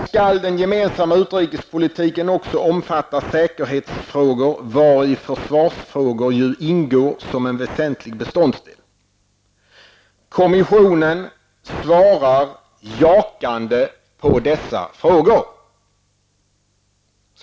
Skall den gemensamma utrikespolitiken också omfatta säkerhetsfrågor, vari försvarsfrågor ju ingår som en väsentlig beståndsdel? Kommissionen svarar jakande på dessa tre frågor.''